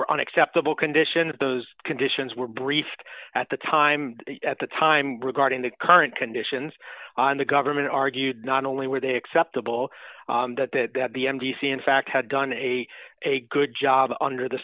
were unacceptable conditions those conditions were briefed at the time at the time regarding the current conditions on the government argued not only were they acceptable that the m d c in fact had done a a good job under the